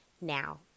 now